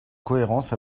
cohérence